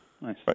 Nice